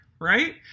right